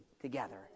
together